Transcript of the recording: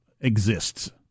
exists